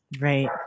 Right